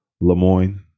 LeMoyne